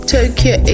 Tokyo